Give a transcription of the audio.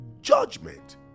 judgment